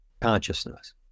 consciousness